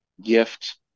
gift